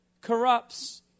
corrupts